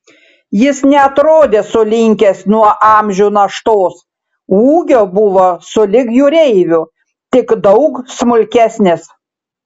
jis neatrodė sulinkęs nuo amžių naštos ūgio buvo sulig jūreiviu tik daug smulkesnis